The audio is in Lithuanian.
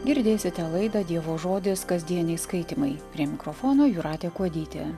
girdėsite laidą dievo žodis kasdieniai skaitymai prie mikrofono jūratė kuodytė